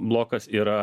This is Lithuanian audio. blokas yra